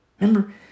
Remember